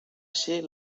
ser